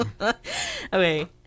Okay